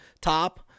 top